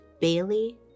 Bailey